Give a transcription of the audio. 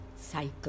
cycle